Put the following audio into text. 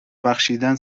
بخشیدن